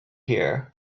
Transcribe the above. here